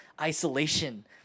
isolation